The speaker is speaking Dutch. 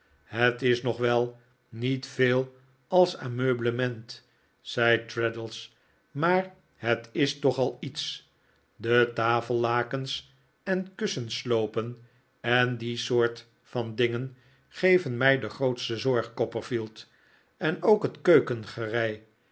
het is nog wel niet veel als ameublement zei traddles maar het is toch al iets de tafellakens en kussensloopen en die soort van dingen geveri mij de grootste zorg copperfield en ook het